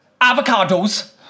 avocados